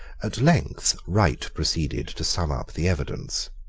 at length wright proceeded to sum up the evidence.